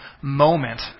moment